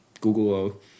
Google